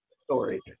story